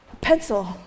pencil